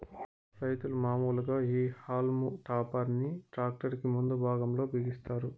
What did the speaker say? రైతులు మాములుగా ఈ హల్మ్ టాపర్ ని ట్రాక్టర్ కి ముందు భాగం లో బిగిస్తారు